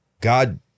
God